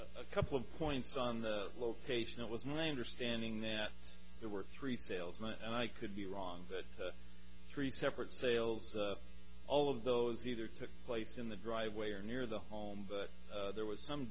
rebuttal a couple of points on the location it was my understanding that there were three salesman and i could be wrong that three separate sales all of those either took place in the driveway or near the home but there was some